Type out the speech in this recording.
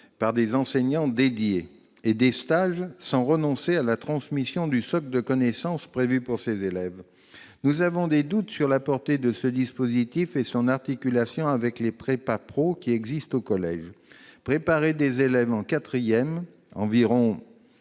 par des enseignements dédiés et des stages, sans renoncer à la transmission du socle de connaissances prévu pour ces élèves. Nous avons des doutes sur la portée de ce dispositif et sur son articulation avec les « prépa-pro » qui existent au collège. Préparer des élèves de quatrième,